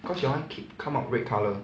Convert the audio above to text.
cause your [one] keep come up red colour